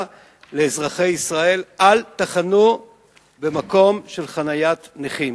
לאזרחי ישראל: אל תחנו במקום של חניית נכים,